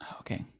Okay